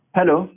Hello